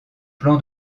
plan